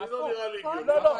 לא.